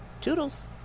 Toodles